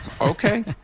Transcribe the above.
Okay